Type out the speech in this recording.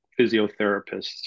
physiotherapists